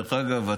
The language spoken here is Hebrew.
דרך אגב,